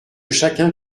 chacun